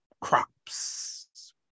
crops